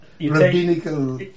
rabbinical